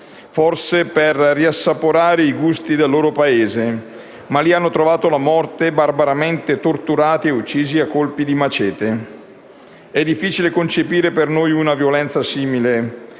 forse per riassaporare i gusti del loro Paese, ma lì hanno trovato la morte, barbaramente torturati e uccisi a colpi di *machete*. È difficile per noi concepire una violenza simile: